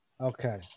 Okay